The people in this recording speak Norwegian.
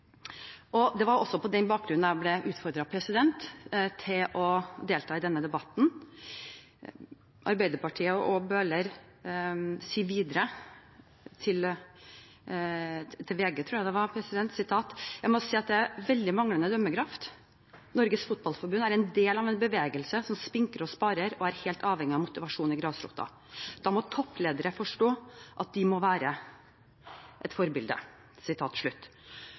Det var på den bakgrunn jeg ble utfordret til å delta i denne debatten. Representanten Bøhler fra Arbeiderpartiet sier videre til VG: «Jeg må si at det er veldig manglende dømmekraft. NFF er del av en bevegelse som spinker og sparer og er helt avhengig av motivasjon i grasrota. Da må toppledere forstå at de må være et forbilde.»